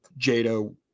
Jado